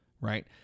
Right